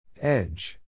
Edge